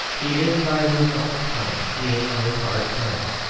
he is by his own account dealing with hard times,